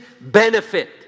benefit